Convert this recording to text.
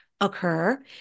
occur